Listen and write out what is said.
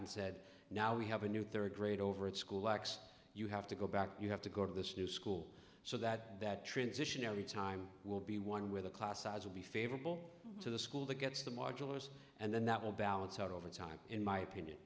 and said now we have a new third grade over at school x you have to go back you have to go to this new school so that that transition over time will be one where the class size will be favorable to the school that gets the modulars and then that will balance out over time in my opinion